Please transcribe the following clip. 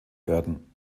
werden